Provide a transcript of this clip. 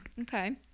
Okay